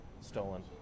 Stolen